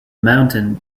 mountain